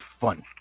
fun